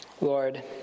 Lord